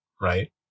right